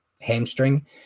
hamstring